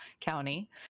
County